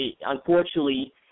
unfortunately